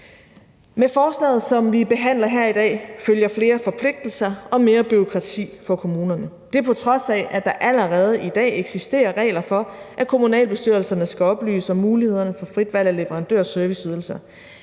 Med forslaget, som vi behandler her i dag, følger flere forpligtelser og mere bureaukrati for kommunerne, og det er, på trods af at der allerede i dag eksisterer regler for, at kommunalbestyrelserne skal oplyse om mulighederne for frit valg af leverandør af serviceydelser.